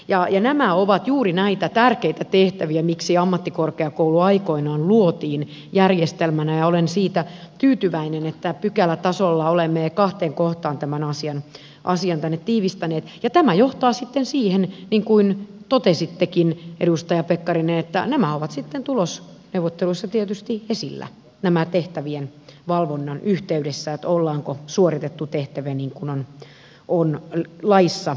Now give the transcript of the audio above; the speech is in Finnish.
ja nämä ovat juuri näitä tärkeitä tehtäviä miksi ammattikorkeakoulu aikoinaan luotiin järjestelmänä ja olen siitä tyytyväinen että pykälätasolla olemme kahteen kohtaan tämän asian tänne tiivistäneet ja tämä johtaa sitten siihen niin kuin totesittekin edustaja pekkarinen että nämä asiat ovat sitten tulosneuvotteluissa tietysti esillä tehtävien valvonnan yhteydessä ollaanko suoritettu tehtäviä niin kuin on laissa linjattu